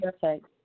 perfect